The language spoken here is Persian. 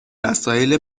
وسایل